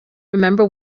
remember